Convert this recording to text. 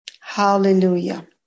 Hallelujah